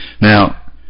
Now